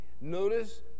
Notice